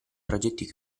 progetti